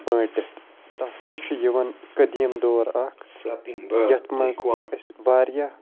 بٲنٛٹِتھ تَتھ منٛز چھُ یِوان قٔدیٖم دور اکھ یَتھ منٛز أسۍ واریاہ